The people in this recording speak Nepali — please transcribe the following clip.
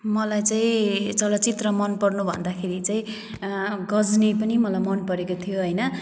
मलाई चाहिँ चलचित्र मनपर्नु भन्दाखेरि चाहिँ गजनी पनि मलाई मनपरेको थियो होइन